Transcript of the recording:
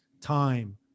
time